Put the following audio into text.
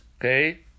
okay